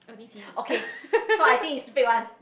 okay so I think is fake one